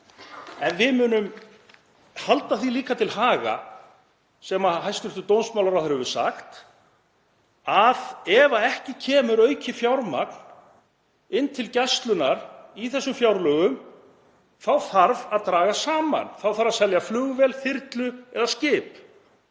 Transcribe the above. en við munum halda því líka til haga sem hæstv. dómsmálaráðherra hefur sagt að ef ekki kemur aukið fjármagn til Gæslunnar í þessum fjárlögum þá þarf að draga saman. Þá þarf að selja flugvél, þyrlu eða skip.